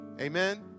Amen